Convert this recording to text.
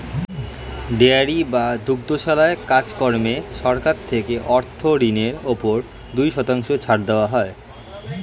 dairy বা দুগ্ধশালার কাজ কর্মে সরকার থেকে অর্থ ঋণের উপর দুই শতাংশ ছাড় দেওয়া হয়